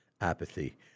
apathy